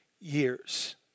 years